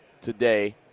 today